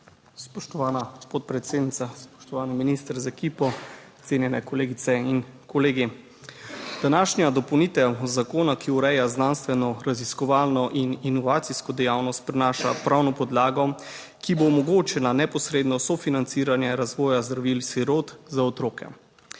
Spoštovana podpredsednica, spoštovani minister z ekipo, cenjene kolegice in kolegi. Današnja dopolnitev zakona, ki ureja znanstveno, raziskovalno in inovacijsko dejavnost, prinaša pravno podlago, ki bo omogočala neposredno sofinanciranje razvoja zdravil sirot za otroke.